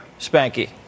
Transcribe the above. Spanky